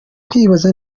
kwibaza